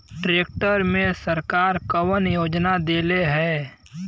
Tractor मे सरकार कवन योजना देले हैं?